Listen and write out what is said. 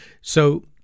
So-